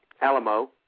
Alamo